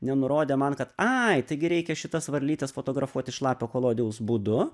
nenurodė man kad ai taigi reikia šitas varlytes fotografuoti šlapio kolodijaus būdu